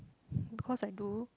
cause I do